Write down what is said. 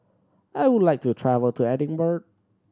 I would like to travel to Edinburgh